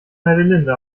heidelinde